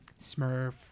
Smurf